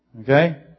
Okay